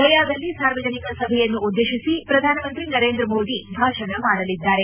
ಗಯಾದಲ್ಲಿ ಸಾರ್ವಜನಿಕ ಸಭೆಯನ್ನುದ್ದೇಶಿಸಿ ಪ್ರಧಾನಮಂತ್ರಿ ನರೇಂದ್ರ ಮೋದಿ ಭಾಷಣ ಮಾಡಲಿದ್ದಾರೆ